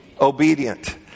obedient